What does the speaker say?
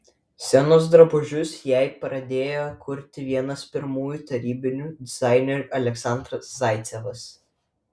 scenos drabužius jai pradėjo kurti vienas pirmųjų tarybinių dizainerių aleksandras zaicevas